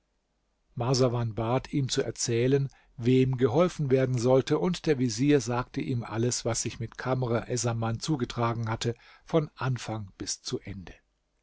marsawan bat ihm zu erzählen wem geholfen werden sollte und der vezier sagte ihm alles was sich mit kamr essaman zugetragen hatte von anfang bis zu ende